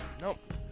Nope